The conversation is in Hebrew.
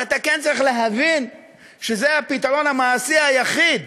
אבל אתה כן צריך להבין שזה הפתרון המעשי היחיד